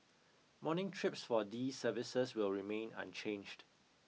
morning trips for these services will remain unchanged